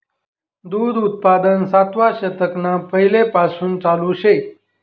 दूध उत्पादन सातवा शतकना पैलेपासून चालू शे